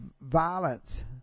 violence